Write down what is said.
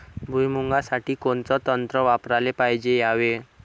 भुइमुगा साठी कोनचं तंत्र वापराले पायजे यावे?